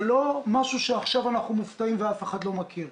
זה לא משהו שעכשיו אנחנו מופתעים ואף אחד לא מכיר.